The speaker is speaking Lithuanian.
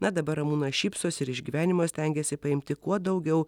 na dabar ramūnas šypsosi ir išgyvenimo stengiasi paimti kuo daugiau